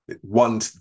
One